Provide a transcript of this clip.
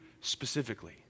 specifically